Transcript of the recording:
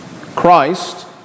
Christ